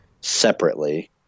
separately